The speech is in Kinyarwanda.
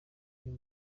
uyu